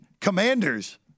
Commanders